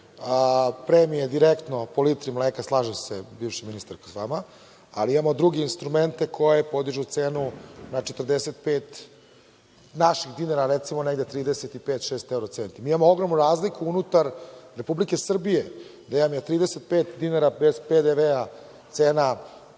premije direktno po litri mleka, slažem se bivša ministarko sa vama, ali imamo druge instrumente koji podižu cenu na 45 naših dinara, a recimo 35, 36 evro centi. Mi imamo ogromnu razliku unutar Republike Srbije gde vam je 35 dinara bez PDV-a cena